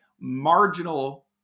marginal